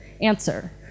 answer